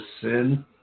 sin